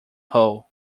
hole